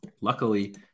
Luckily